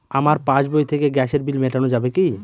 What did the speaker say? আমার পাসবই থেকে গ্যাসের বিল মেটানো যাবে কি?